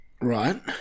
Right